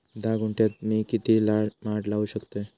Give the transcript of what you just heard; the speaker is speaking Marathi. धा गुंठयात मी किती माड लावू शकतय?